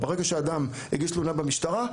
ברגע שאדם הגיש תלונה במשטרה,